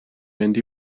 mynd